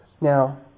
Now